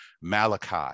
Malachi